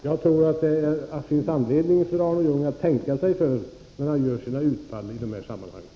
Jag tror att det finns anledning för Arne Ljung att tänka sig för när han gör sina utfall i de här sammanhangen.